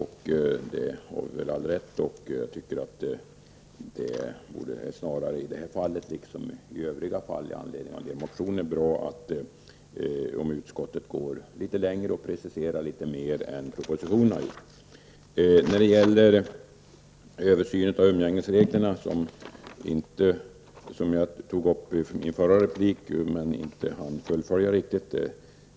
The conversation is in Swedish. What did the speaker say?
I detta fall liksom i övriga fall i anledning av motioner är det bra om utskottet går litet längre och preciserar mer än vad som görs i propositionen. I min förra replik berörde jag frågan om en översyn av umgängesreglerna, men jag hann inte fullfölja det jag hade tänkt säga.